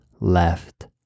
left